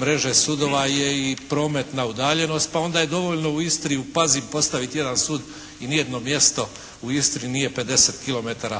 mreže sudova je i prometna udaljenost, pa onda je dovoljno u Istri u Pazin postaviti jedan sud i ni jedno mjesto u Istri nije 50 km